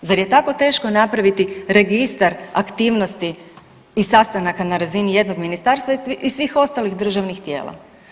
Zar je tako teško napraviti registar aktivnosti i sastanaka na razini jednog Ministarstva i svih ostalih državnih tijela.